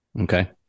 Okay